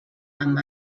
amb